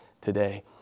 today